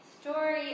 story